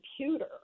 computer